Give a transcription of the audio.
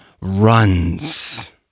runs